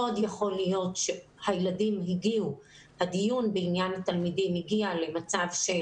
מאוד יכול להיות שהדיון בעניין התלמידים הגיע למצב של